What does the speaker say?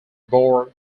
bore